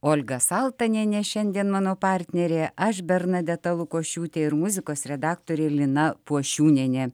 olga saltanienė šiandien mano partnerė aš bernadeta lukošiūtė ir muzikos redaktorė lina puošiūnienė